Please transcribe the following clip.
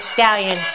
Stallion